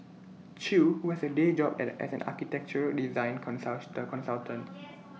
chew who has A day job as an architectural design consult the consultant